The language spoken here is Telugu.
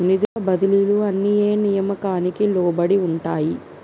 నిధుల బదిలీలు అన్ని ఏ నియామకానికి లోబడి ఉంటాయి?